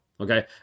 Okay